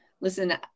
Listen